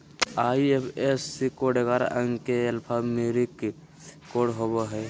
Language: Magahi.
आई.एफ.एस.सी कोड ग्यारह अंक के एल्फान्यूमेरिक कोड होवो हय